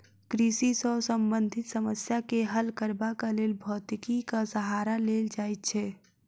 कृषि सॅ संबंधित समस्या के हल करबाक लेल भौतिकीक सहारा लेल जाइत छै